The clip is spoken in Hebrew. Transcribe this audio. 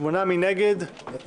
8 נגד - אין